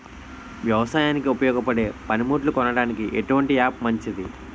వ్యవసాయానికి ఉపయోగపడే పనిముట్లు కొనడానికి ఎటువంటి యాప్ మంచిది?